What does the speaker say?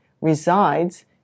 resides